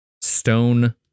stone